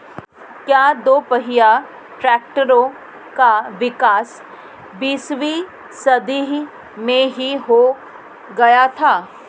क्या दोपहिया ट्रैक्टरों का विकास बीसवीं शताब्दी में ही शुरु हो गया था?